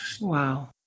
Wow